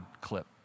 clip